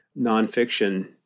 nonfiction